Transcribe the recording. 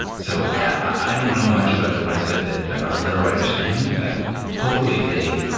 so i don't know much about the rest of this of our little writers family. but hopefully if they